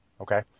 okay